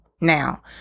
Now